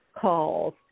calls